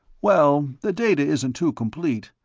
well, the data isn't too complete,